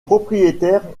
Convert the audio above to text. propriétaire